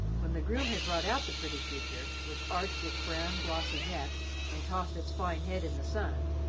when the groom had brought out the pretty creature, which arched its brown, glossy neck and tossed its fine head in the sun,